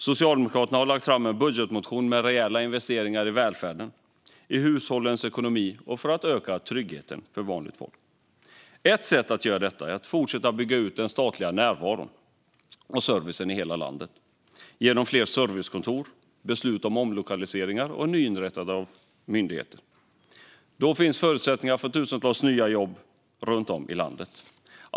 Socialdemokraterna har lagt fram en budgetmotion med rejäla investeringar i välfärden, i hushållens ekonomi och för att öka tryggheten för vanligt folk. Ett sätt att göra detta är att fortsätta att bygga ut den statliga närvaron och servicen i hela landet genom fler servicekontor, beslut om omlokaliseringar och nyinrättade myndigheter. Då finns förutsättningar för tusentals nya jobb runt om i landet.